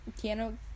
piano